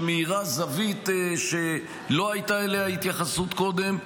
שמאירה זווית שלא הייתה אליה ההתייחסות קודם,